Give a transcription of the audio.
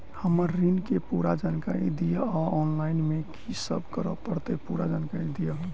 हम्मर ऋण केँ पूरा जानकारी दिय आ ऑफलाइन मे की सब करऽ पड़तै पूरा जानकारी दिय?